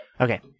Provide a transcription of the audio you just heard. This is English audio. Okay